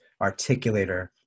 articulator